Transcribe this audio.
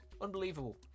Unbelievable